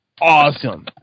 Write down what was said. awesome